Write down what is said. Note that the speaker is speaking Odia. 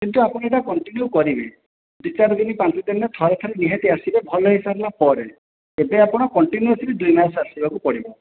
କିନ୍ତୁ ଆପଣ ଏଇଟା କଣ୍ଟିନିୟୁ କରିବେ ଦୁଇ ଚାରି ଦିନ ପାଞ୍ଚ ଦିନରେ ଥରେ ଥରେ ନିହାତି ଆସିବେ ଭଲ ହେଇସାରିଲା ପରେ ଏବେ ଆପଣ କଣ୍ଟିନିୟସଲି ଦୁଇ ମାସ ଆସିବାକୁ ପଡ଼ିବ